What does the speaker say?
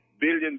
billion